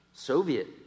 Soviet